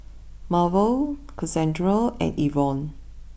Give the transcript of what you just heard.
Marvel Cassandra and Yvonne